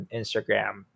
Instagram